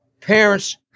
parents